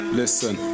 listen